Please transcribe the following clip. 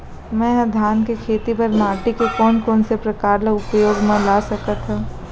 मै ह धान के खेती बर माटी के कोन कोन से प्रकार ला उपयोग मा ला सकत हव?